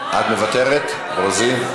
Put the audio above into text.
את מוותרת, רוזין?